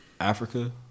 Africa